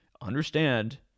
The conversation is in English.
Understand